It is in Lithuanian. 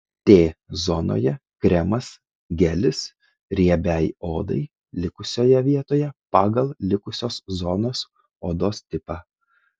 t zonoje kremas gelis riebiai odai likusioje vietoje pagal likusios zonos odos tipą